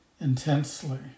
intensely